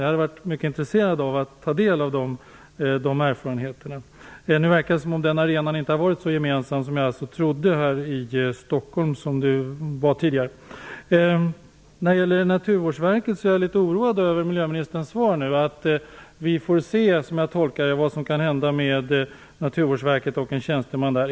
Jag hade varit mycket intresserad av att ta del av dessa erfarenheter, men nu verkar det som om den tidigare arenan i Stockholm inte har varit så gemensam som jag trodde. När det gäller Naturvårdsverket är jag litet oroad över miljöministerns svar att man får se vad skall hända med förslaget beträffande en tjänsteman där.